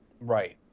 Right